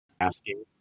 asking